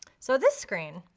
so this screen,